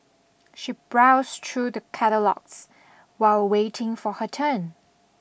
she browsed through the catalogues while waiting for her turn